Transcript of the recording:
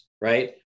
right